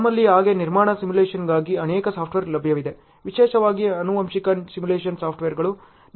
ನಮ್ಮಲ್ಲಿ ಹಾಗೆ ನಿರ್ಮಾಣ ಸಿಮ್ಯುಲೇಶನ್ಗಾಗಿ ಅನೇಕ ಸಾಫ್ಟ್ವೇರ್ ಲಭ್ಯವಿದೆ ವಿಶೇಷವಾಗಿ ಆನುವಂಶಿಕ ಸಿಮ್ಯುಲೇಶನ್ ಸಾಫ್ಟ್ವೇರ್ಗಳು